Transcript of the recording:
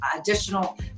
additional